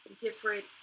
different